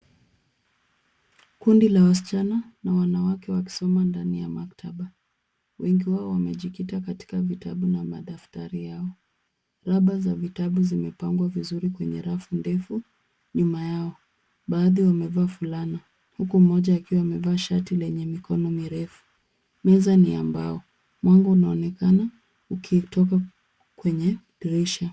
Kundi la wasichana na wanawake wakisoma ndani ya maktaba. Wengi wao wamejikita katika vitabu na madaftari yao. Raba za vitabu zimepangwa vizuri kwenye rafu ndefu, nyuma yao. Baadhi wamevaa fulana, huku mmoja akiwa amevaa shati lenye mikono mirefu. Meza ni ya mbao. Mwanga unaonekana ukitoka kwenye dirisha.